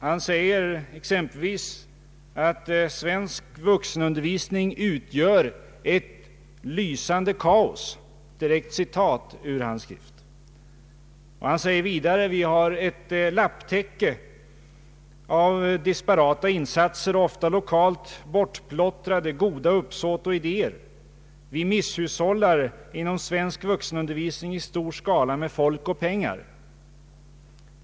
Han säger exempelvis: ”Svensk vuxenundervisning utgör ett lysande kaos.” Han säger vidare: ”Vi har ett lapptäcke av disparata insatser och ofta lokalt bortplottrade goda uppsåt och idéer. Vi misshushållar inom svensk vuxenundervisning i stor skala med folk och pengar.